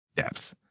Depth